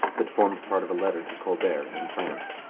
but formed part of a letter to colbert in france.